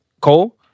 Cole